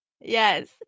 Yes